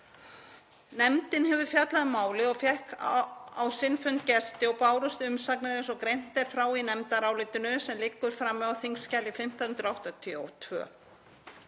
Nefndin hefur fjallað um málið og fékk á sinn fund gesti og bárust umsagnir eins og greint er frá í nefndarálitinu sem liggur frammi á þskj. 1582.